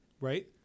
right